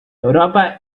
europa